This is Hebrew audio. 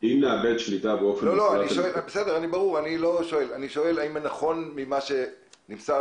כלומר, הדבר הראשון שאני מבין זה שאם שתהיה